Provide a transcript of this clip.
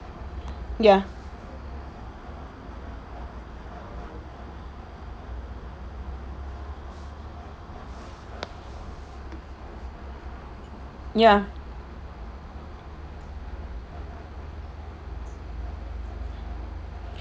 ya ya